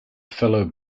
fellow